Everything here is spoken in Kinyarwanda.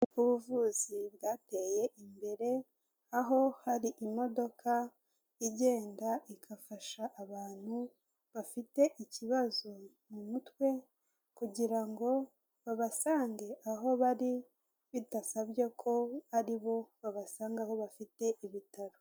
Ubuvuzi bwateye imbere, aho hari imodoka igenda igafasha abantu bafite ikibazo mu mutwe, kugira ngo babasange aho bari, bidasabye ko aribo babasanga aho bafite ibitaro.